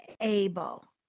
able